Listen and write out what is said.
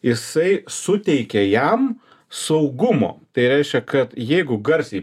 jisai suteikia jam saugumo tai reiškia kad jeigu garsiai